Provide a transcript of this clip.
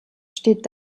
steht